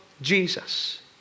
Jesus